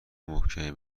محکمی